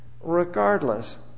regardless